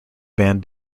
band